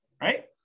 right